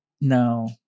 No